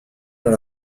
dans